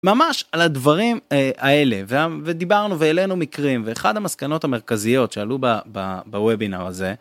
ממש על הדברים האלה ודיברנו והעלינו מקרים ואחד המסקנות המרכזיות שעלו בובינר הזה.